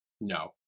No